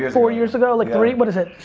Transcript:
years ah years ago. like three, what is it?